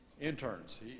Interns